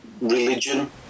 religion